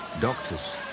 doctors